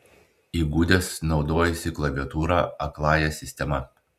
įgudęs naudojasi klaviatūra akląja sistema